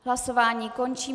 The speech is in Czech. Hlasování končím.